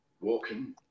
walking